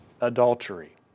adultery